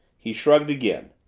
he shrugged again.